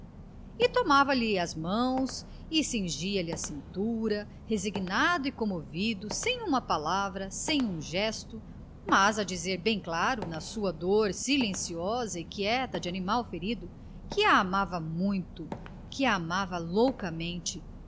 e tomava lhe as mãos e cingia-lhe a cintura resignado e comovido sem uma palavra sem um gesto mas a dizer bem claro na sua dor silenciosa e quieta de animal ferido que a amava muito que a amava loucamente